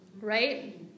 right